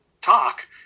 talk